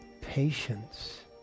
Patience